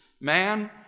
Man